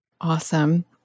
Awesome